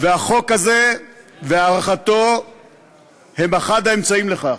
והחוק הזה והארכתו הם אחד האמצעים לכך.